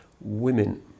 women